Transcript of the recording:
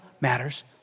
matters